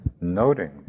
noting